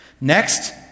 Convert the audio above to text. Next